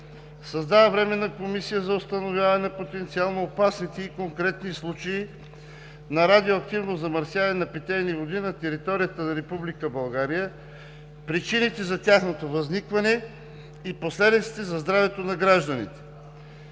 Създава Временна комисия за установяване на потенциално опасните и конкретни случаи на радиоактивно замърсяване на питейни води на територията на Република България, причините за тяхното възникване и последиците за здравето на гражданите.